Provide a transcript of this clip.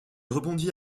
rebondit